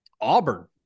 Auburn